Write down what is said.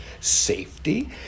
safety